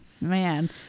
man